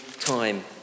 time